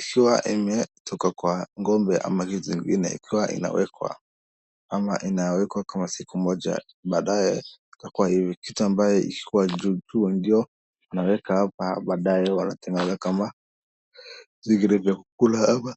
ikiwa imetoka kwa ng'ombe ama kitu ingine, ikiwa inawekwa, ama inawekwa kama siku moja, baadaye itakuwa hivi, kitambaa hii ikiwa juu ndio inaweka hapa ndani, baadaye unaweka ama vingine vya kukula ama.